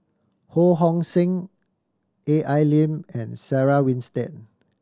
Ho Hong Sing A I Lim and Sarah Winstedt